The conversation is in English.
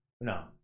No